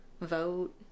vote